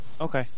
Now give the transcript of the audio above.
Okay